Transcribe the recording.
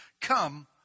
come